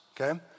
okay